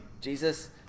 Jesus